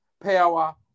Power